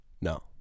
No